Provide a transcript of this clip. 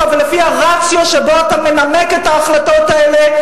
ולפי הרציו שבו אתה מנמק את ההחלטות האלה,